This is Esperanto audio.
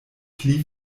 pli